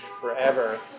forever